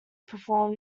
perform